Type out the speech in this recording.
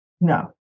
No